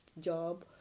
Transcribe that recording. job